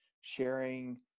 sharing